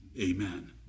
amen